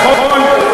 נכון?